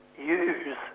use